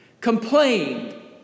complained